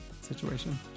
situation